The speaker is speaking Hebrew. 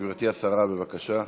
גברתי השרה, בבקשה.